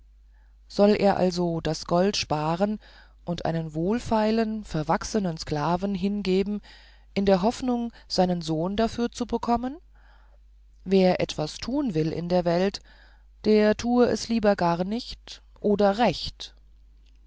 soll er also das gold sparen und einen wohlfeilen verwachsenen sklaven hingeben in der hoffnung seinen sohn dafür zu bekommen wer etwas tun will in der welt der tue es lieber gar nicht oder recht